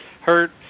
hurt